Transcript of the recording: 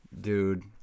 Dude